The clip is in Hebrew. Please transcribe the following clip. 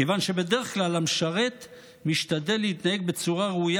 כיוון שבדרך כלל המשרת משתדל להתנהג בצורה ראויה